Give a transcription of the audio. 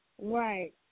Right